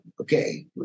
okay